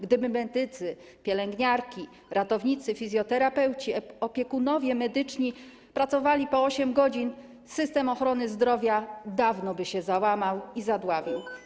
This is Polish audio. Gdyby medycy, pielęgniarki, ratownicy, fizjoterapeuci, opiekunowie medyczni pracowali po 8 godzin, system ochrony zdrowia dawno by się załamał i zadławił.